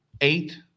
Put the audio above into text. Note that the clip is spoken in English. eight